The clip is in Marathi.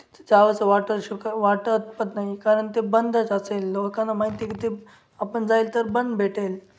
जावंसं वाटेल शंका वाटते इतपत नाही कारण ते बंदच असेल लोकांना माहिती आहे की ते आपण जाईल तर बंद भेटेल